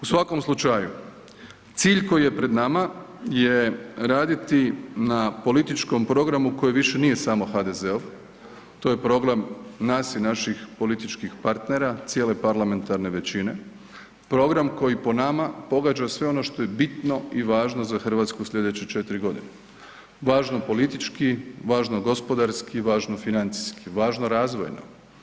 U svakom slučaju, cilj koji je pred nama je raditi na političkom programu koji više nije samo HDZ-ov, to je program nas i naših političkih partnera, cijele parlamentarne većine, program koji po nama pogađa sve ono što je bitno i važno za Hrvatsku sljedeće četiri godine, važno politički, važno gospodarski, važno financijski, važno razvojno.